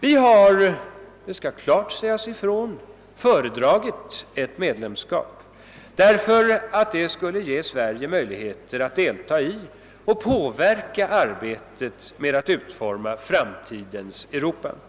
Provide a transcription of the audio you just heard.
Vi har, det skall klart sägas ifrån, föredragit ett medlemskap, därför att det skulle ge Sverige möjligheter att delta i och påverka arbetet med att utforma framtidens Europa. Enligt.